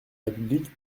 république